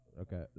Okay